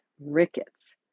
rickets